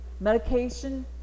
Medication